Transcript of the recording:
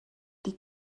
die